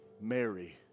Mary